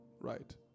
right